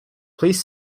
please